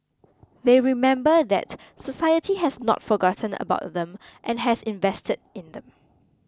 they remember that society has not forgotten about them and has invested in them